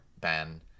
Ban